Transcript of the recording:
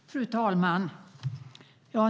Fru talman!